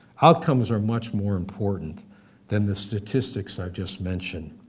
outcomes are much more important than the statistics i just mentioned.